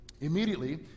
Immediately